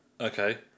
Okay